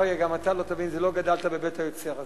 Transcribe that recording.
אריה, גם אתה לא תבין כי לא גדלת בבית היוצר הזה.